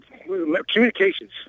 communications